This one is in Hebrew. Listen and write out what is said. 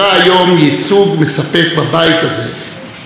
חסרה היום שופר בבית הזה.